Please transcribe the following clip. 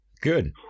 Good